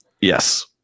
Yes